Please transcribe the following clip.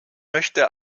möchte